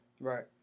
Right